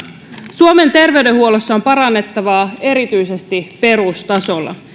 suomen terveydenhuollossa on parannettavaa erityisesti perustasolla